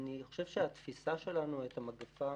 אני חושב שהתפיסה שלנו את המגפה